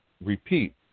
repeat